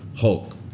Hulk